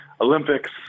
olympics